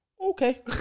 Okay